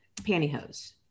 pantyhose